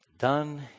done